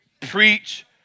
Preach